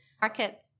market